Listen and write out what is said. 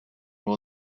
will